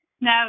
No